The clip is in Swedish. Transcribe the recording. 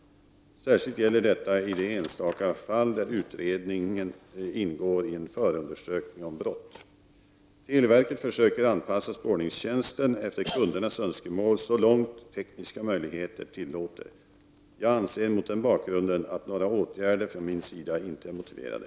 Särskilt gäller detta i de enstaka fall där utredningen ingår i en förundersökning om brott. Televerket försöker anpassa spårningstjänsten efter kundernas önskemål så långt tekniska möjligheter tillåter. Jag anser mot den bakgrunden att några åtgärder från min sida inte är motiverade.